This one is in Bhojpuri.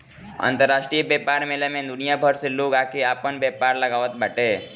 अंतरराष्ट्रीय व्यापार मेला में दुनिया भर से लोग आके आपन व्यापार लगावत बाटे